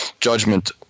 judgment